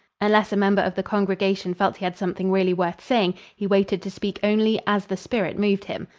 unless a member of the congregation felt he had something really worth saying, he waited to speak only as the spirit moved him.